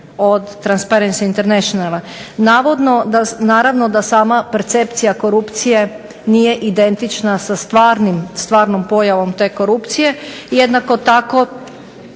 od Transparency Internationala. Naravno da sama percepcija korupcije nije identična sa stvarnom pojavom te korupcije, jednako tako